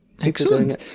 Excellent